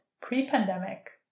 pre-pandemic